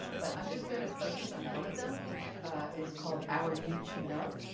but i'm just going to focus on one of them, which is called our need to know.